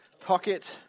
pocket